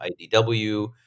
idw